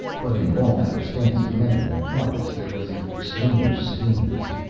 but in all that expanse of meadow and forest there was a strange stillness.